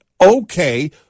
okay